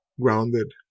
grounded